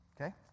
okay